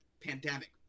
pandemic